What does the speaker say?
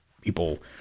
people